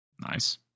Nice